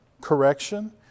correction